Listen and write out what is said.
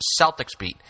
CelticsBeat